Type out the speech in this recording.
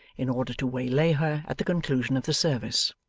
in order to waylay her, at the conclusion of the service.